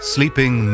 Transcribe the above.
Sleeping